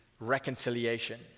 reconciliation